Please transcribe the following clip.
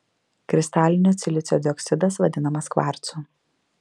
kristalinio silicio dioksidas vadinamas kvarcu